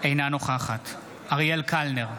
אינה נוכחת אריאל קלנר,